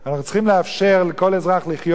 אנחנו צריכים לאפשר לכל אזרח לחיות,